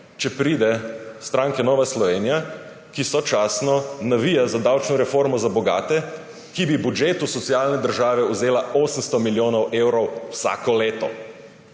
če pride stranka Nova Slovenija, ki sočasno navija za davčno reformo za bogate, ki bi budžetu socialne države vzela 800 milijonov evrov vsako leto.